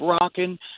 rocking